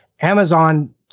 Amazon